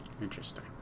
Interesting